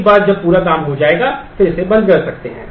एक बार जब पूरा काम हो जाएगा फिर इसे बंद कर सकते हैं